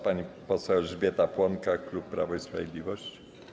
Pani poseł Elżbieta Płonka, klub Prawo i Sprawiedliwość.